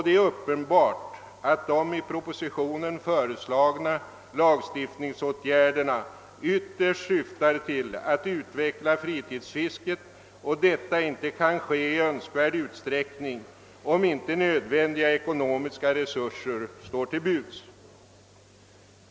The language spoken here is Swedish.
Det är uppenbart att de i propositionen föreslagna lagstiftningsåtgärderna ytterst syftar till att utveckla fritidsfisket, och detta kan inte ske i önskvärd utsträckning om inte nödvändiga ekonomiska resurser står till buds.